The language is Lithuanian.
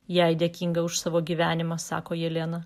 jai dėkinga už savo gyvenimą sako jelena